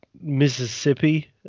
Mississippi